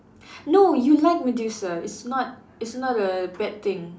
no you like Medusa it's not it's not a bad thing